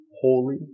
holy